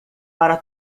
para